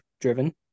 driven